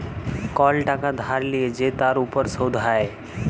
call টাকা ধার লিয়ে যে তার উপর শুধ হ্যয়